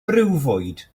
briwfwyd